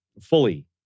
fully